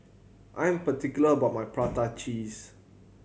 I am particular about my prata cheese